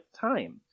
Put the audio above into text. time